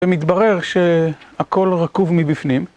ומתברר שהכל רקוב מבפנים.